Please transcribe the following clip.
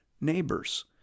neighbors